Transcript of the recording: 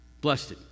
Blessed